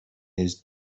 his